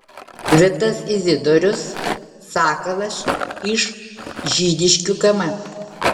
vitas izidorius sakalas iš žydiškių km